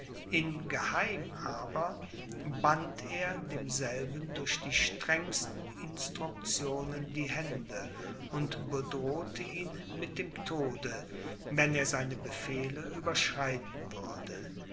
in geheim aber band er demselben durch die strengsten instruktionen die hände und bedrohte ihn mit dem tode wenn er seine befehle überschreiten würde